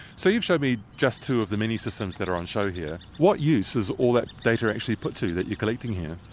so you've showed me just two of the many systems that are on show here. what use is all that data actually put to that you're collecting here?